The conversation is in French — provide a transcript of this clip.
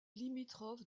limitrophe